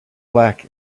black